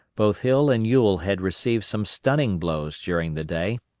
both hill and ewell had received some stunning blows during the day,